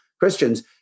Christians